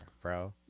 bro